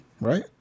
right